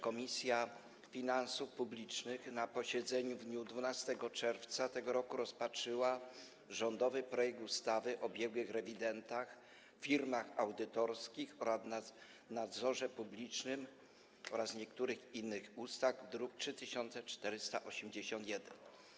Komisja Finansów Publicznych na posiedzeniu w dniu 12 czerwca tego roku rozpatrzyła rządowy projekt ustawy o biegłych rewidentach, firmach audytorskich oraz nadzorze publicznym oraz niektórych innych ustaw, druk nr 3481.